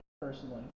personally